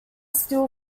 still